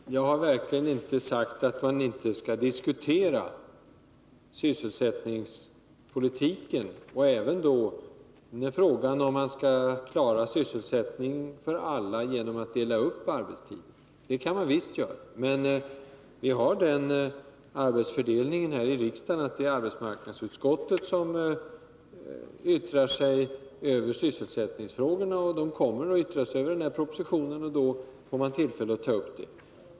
Fru talman! Jag har verkligen inte sagt att man inte skall diskutera sysselsättningspolitiken och frågan om huruvida man kan klara sysselsättningen för alla genom att dela upp arbetstiden. Men vi har den arbetsfördelningen i riksdagen att det är arbetsmarknadsutskottet som yttrar sig över sysselsättningsfrågorna. Det utskottet kommer att yttra sig över propositionen, och då får vi tillfälle att diskutera dessa frågor.